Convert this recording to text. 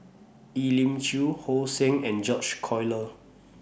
Elim Chew So Heng and George Collyer